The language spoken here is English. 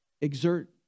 exert